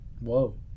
Whoa